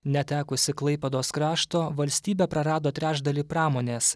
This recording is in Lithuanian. netekusi klaipėdos krašto valstybė prarado trečdalį pramonės